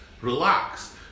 relax